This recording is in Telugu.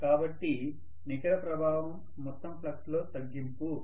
కాబట్టి నికర ప్రభావం మొత్తం ఫ్లక్స్ లో తగ్గింపు